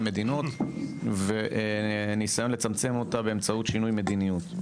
מדיניות וניסיון לצמצם אותה באמצעות שינוי מדיניות.